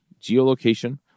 geolocation